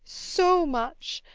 so much!